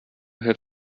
have